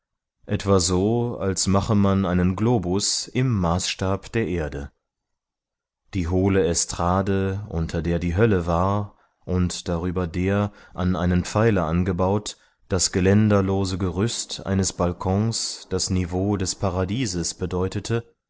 etwa so als machte man einen globus im maßstab der erde die hohle estrade unter der die hölle war und über der an einen pfeiler angebaut das geländerlose gerüst eines balkons das niveau des paradieses bedeutete